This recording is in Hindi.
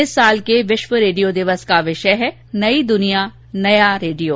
इस साल के विश्व रेडियो दिवस का विषय है नई दुनिया नया रेडियो